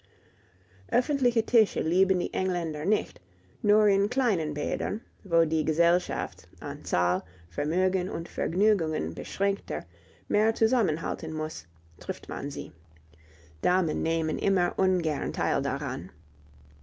öffentliche tische lieben die engländer nicht nur in kleinen bädern wo die gesellschaft an zahl vermögen und vergnügungen beschränkter mehr zusammenhalten muß trifft man sie damen nehmen immer ungern teil daran